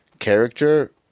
Character